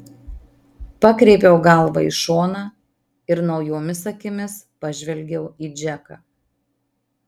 pakreipiau galvą į šoną ir naujomis akimis pažvelgiau į džeką